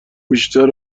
بیشتر